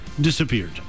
disappeared